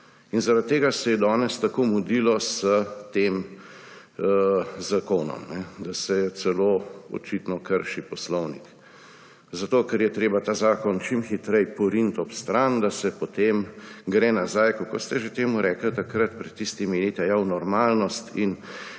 In zaradi tega se je danes tako mudilo s tem zakonom, da se celo očitno krši poslovnik. Zato ker je treba ta zakon čim hitreje poriniti ob stran, da se potem gre nazaj – kako ste že temu rekli takrat, pred tistimi leti? Aja, v normalnost in